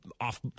off